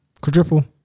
Quadruple